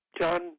John